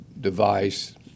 device